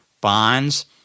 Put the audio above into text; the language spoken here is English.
Bonds